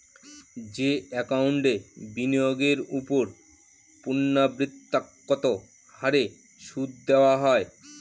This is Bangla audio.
যে একাউন্টে বিনিয়োগের ওপর পূর্ণ্যাবৃত্তৎকত হারে সুদ দেওয়া হয়